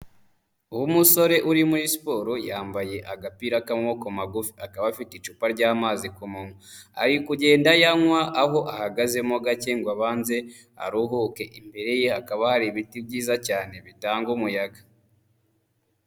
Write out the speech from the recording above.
Uwo umusore uri muri siporo yambaye agapira k'amaboko magufi, akaba afite icupa ry'amazi ku munwa ari kugenda ayanywa, aho ahagazemo gake ngo abanze aruhuke, imbere ye hakaba hari ibiti byiza cyane bitanga umuyaga.